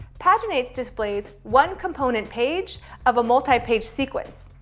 paginates displays one component page of a multi-page sequence.